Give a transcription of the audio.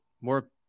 more